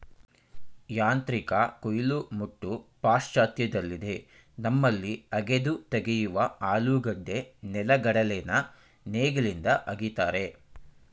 ಯಾಂತ್ರಿಕ ಕುಯಿಲು ಮುಟ್ಟು ಪಾಶ್ಚಾತ್ಯದಲ್ಲಿದೆ ನಮ್ಮಲ್ಲಿ ಅಗೆದು ತೆಗೆಯುವ ಆಲೂಗೆಡ್ಡೆ ನೆಲೆಗಡಲೆನ ನೇಗಿಲಿಂದ ಅಗಿತಾರೆ